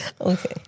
Okay